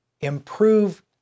improve